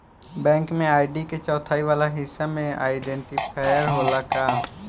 Bank में ID के चौथाई वाला हिस्सा में आइडेंटिफैएर होला का?